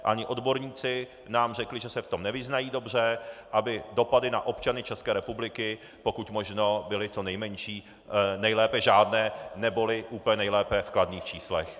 A i odborníci nám řekli, že se v tom nevyznají dobře, aby dopady na občany České republiky pokud možno byly co nejmenší, nejlépe žádné, neboli úplně nejlépe v kladných číslech.